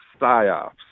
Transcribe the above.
Psyops